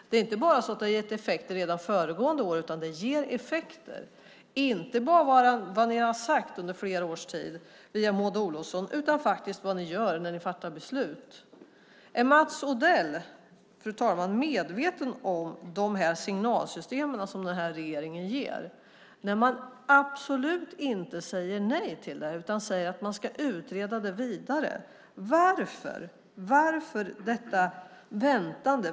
Det är inte bara så att det har gett effekter föregående år, utan det ger effekter, inte bara vad ni har sagt via Maud Olofsson under flera års tid, utan faktiskt vad ni gör när ni fattar beslut. Fru talman! Är Mats Odell medveten om de signaler regeringen ger när man absolut inte säger nej till detta utan säger att man ska utreda det vidare? Varför detta väntande?